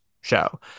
show